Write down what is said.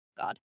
God